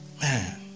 man